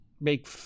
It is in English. make